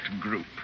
group